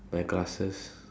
my glasses